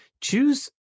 Choose